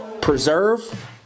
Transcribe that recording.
Preserve